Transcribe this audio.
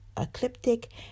ecliptic